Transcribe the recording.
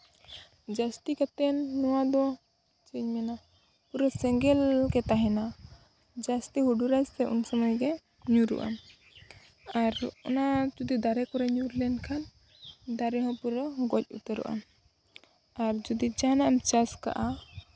ᱡᱟᱹᱥᱛᱤ ᱠᱟᱛᱮ ᱱᱚᱣᱟᱫᱚ ᱪᱮᱫ ᱤᱧ ᱢᱮᱱᱟ ᱯᱩᱨᱟᱹ ᱥᱮᱸᱜᱮᱞ ᱜᱮ ᱛᱟᱦᱮᱱᱟ ᱡᱟᱹᱥᱛᱤ ᱦᱩᱰᱩᱨ ᱟᱭ ᱥᱮ ᱩᱱ ᱥᱚᱢᱚᱭ ᱜᱮ ᱧᱩᱨᱦᱩᱜᱼᱟ ᱟᱨ ᱚᱱᱟ ᱡᱩᱫᱤ ᱫᱟᱨᱮ ᱠᱚᱨᱮ ᱧᱩᱨ ᱞᱮᱱᱠᱷᱟᱱ ᱫᱟᱨᱮ ᱦᱚᱸ ᱯᱩᱨᱟᱹ ᱜᱚᱡ ᱩᱛᱟᱹᱨᱚᱜᱼᱟ ᱟᱨ ᱡᱩᱫᱤ ᱡᱟᱦᱟᱱᱟᱜ ᱮᱢ ᱪᱟᱥ ᱠᱟᱜᱼᱟ